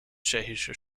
tschechische